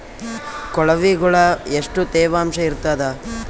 ಕೊಳವಿಗೊಳ ಎಷ್ಟು ತೇವಾಂಶ ಇರ್ತಾದ?